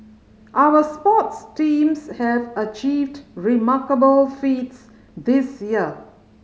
our sports teams have achieved remarkable feats this year